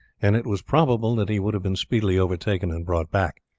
and it was probable that he would have been speedily overtaken and brought back.